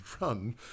run